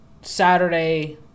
saturday